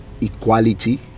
equality